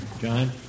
John